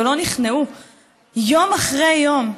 ולא נכנעו יום אחרי יום,